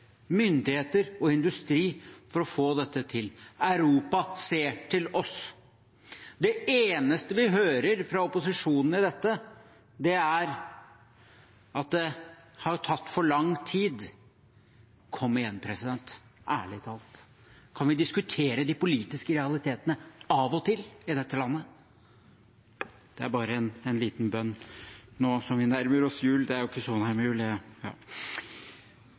for å få dette til. Europa ser til oss. Det eneste vi hører fra opposisjonen i dette, er at det har tatt for lang tid. Kom igjen! Ærlig talt, kan vi diskutere de politiske realitetene av og til i dette landet? Det er bare en liten bønn nå som vi nærmer oss jul. Tja, det er jo ikke